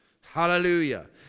Hallelujah